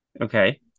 Okay